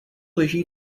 leží